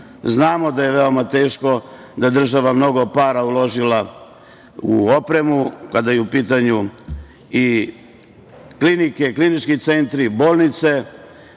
njima. Znamo da je veoma teško, da je država mnogo para uložila u opremu kada su u pitanju i klinički centri, bolnice